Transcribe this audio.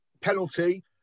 penalty